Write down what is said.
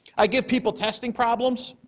i give people testing problems